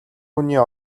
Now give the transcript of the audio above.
хүний